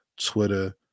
Twitter